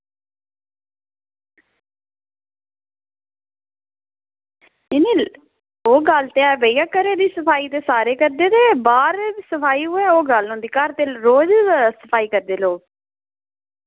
ओह् गल्ल ते ऐ भइया घरै दी सफाई ते सारे करदे ते बाहर दी सफाई होऐ ते ओह् गल्ल होंदी घर दी सफाई रोज़ करदे लोग